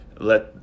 Let